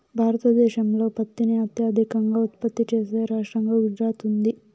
భారతదేశంలో పత్తిని అత్యధికంగా ఉత్పత్తి చేసే రాష్టంగా గుజరాత్ ఉంది